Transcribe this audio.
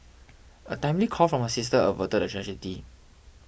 a timely call from her sister averted a tragedy